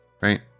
Right